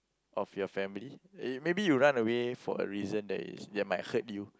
of your family eh maybe you run away for a reason that is that might hurt you